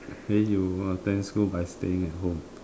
then you attend school by staying at home